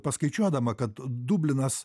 paskaičiuodama kad dublinas